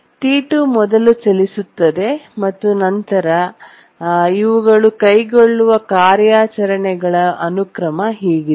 T2 ಮೊದಲು ಚಲಿಸುತ್ತದೆ ಮತ್ತು ನಂತರ ಇವುಗಳು ಕೈಗೊಳ್ಳುವ ಕಾರ್ಯಾಚರಣೆಗಳ ಅನುಕ್ರಮ ಹೀಗಿದೆ